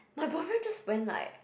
my boyfriend just went like